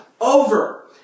over